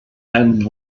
and